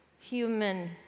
human